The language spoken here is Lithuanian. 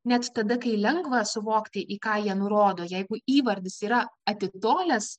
net tada kai lengva suvokti į ką jie nurodo jeigu įvardis yra atitolęs